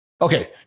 Okay